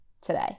today